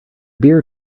beer